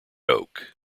oak